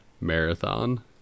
marathon